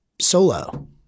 solo